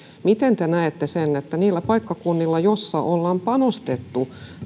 miten te näette sen että niillä paikkakunnilla joissa ollaan panostettu